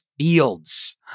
fields